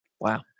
Wow